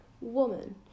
woman